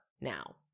now